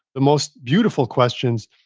the most beautiful questions,